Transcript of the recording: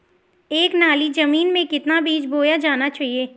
एक नाली जमीन में कितना बीज बोया जाना चाहिए?